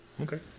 Okay